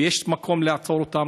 יש מקום לעצור אותם,